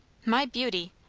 my beauty!